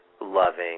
loving